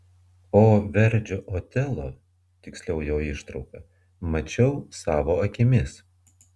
o verdžio otelo tiksliau jo ištrauką mačiau savo akimis